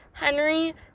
Henry